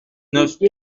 neuf